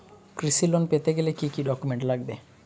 কৃষি লোন পেতে গেলে কি কি ডকুমেন্ট লাগবে?